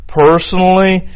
personally